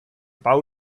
bau